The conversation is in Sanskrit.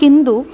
किन्तु